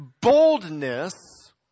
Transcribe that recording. boldness